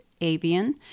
Avian